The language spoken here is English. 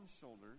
shoulders